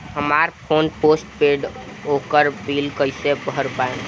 हमार phone postpaid बा ओकर बिल कईसे भर पाएम?